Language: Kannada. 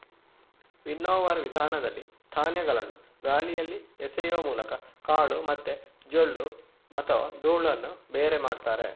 ವಿನ್ನೋವರ್ ವಿಧಾನದಲ್ಲಿ ಧಾನ್ಯಗಳನ್ನ ಗಾಳಿಯಲ್ಲಿ ಎಸೆಯುವ ಮೂಲಕ ಕಾಳು ಮತ್ತೆ ಜೊಳ್ಳು ಅಥವಾ ಧೂಳನ್ನ ಬೇರೆ ಮಾಡ್ತಾರೆ